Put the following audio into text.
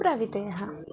प्रवितयः